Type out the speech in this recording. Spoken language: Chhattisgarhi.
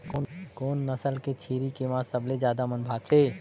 कोन नस्ल के छेरी के मांस सबले ज्यादा मन भाथे?